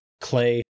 clay